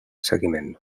seguiment